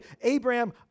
Abraham